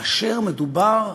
וכאשר מדובר,